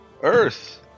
Earth